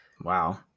wow